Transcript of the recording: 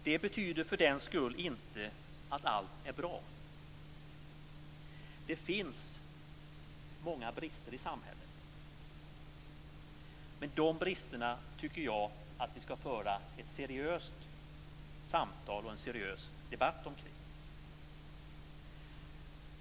Det betyder för den skull inte att allt är bra. Det finns många brister i samhället, men dessa brister skall vi föra ett seriöst samtal och en seriös debatt om.